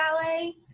ballet